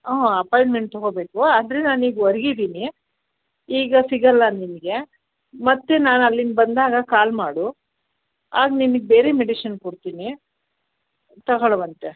ಹ್ಞೂ ಅಪಾಯಿಂಟ್ಮೆಂಟ್ ತೊಗೊಬೇಕು ಆದರೆ ನಾನು ಈಗ ಹೊರ್ಗ್ ಇದ್ದೀನಿ ಈಗ ಸಿಗಲ್ಲ ನಿಮಗೆ ಮತ್ತೆ ನಾನು ಅಲ್ಲಿಂದ ಬಂದಾಗ ಕಾಲ್ ಮಾಡು ಆಗ ನಿನಗೆ ಬೇರೆ ಮೆಡಿಷಿನ್ ಕೊಡ್ತೀನಿ ತಗೊಳ್ಳುವಂತೆ